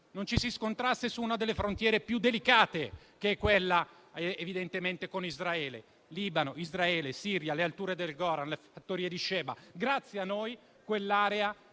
non ci si scontrasse su una delle frontiere più delicate, che è evidentemente quella con Israele. Libano, Israele, Siria, le alture del Golan, le fattorie di Sheba: grazie a noi quell'area